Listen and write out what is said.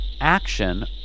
Action